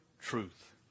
truth